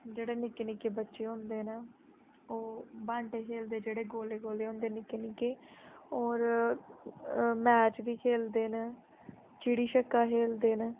जेह्ड़े निक्के निक्के बच्चे होंदे न ओह् बांटे खेलदे जेह्ड़े गोले गोले होंदे निक्के निक्के होर मैच बी खेलदे न चिड़ी छिक्का खेलदे न